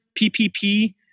PPP